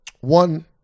One